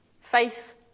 faith